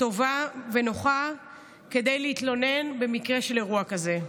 טובה ונוחה כדי להתלונן במקרה של אירוע כזה.